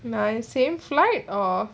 my same flight or